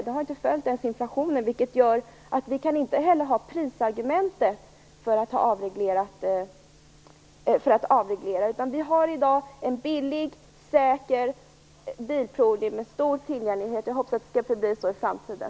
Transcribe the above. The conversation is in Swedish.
Priset har inte ens följt inflationsnivån, vilket gör att vi inte heller kan använda prisargumentet för en avreglering. Vi har i dag en billig, säker bilprovning med stor tillgänglighet. Jag hoppas att det skall förbli så i framtiden.